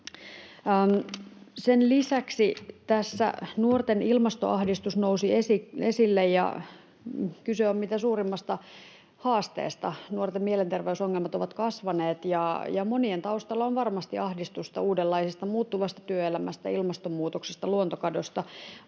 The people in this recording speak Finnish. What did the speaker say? Sen lisäksi tässä nuorten ilmastoahdistus nousi esille, ja kyse on mitä suurimmasta haasteesta. Nuorten mielenterveysongelmat ovat kasvaneet, ja monien taustalla on varmasti ahdistusta uudenlaisesta, muuttuvasta työelämästä sekä ilmastonmuutoksesta ja luontokadosta.